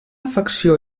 afecció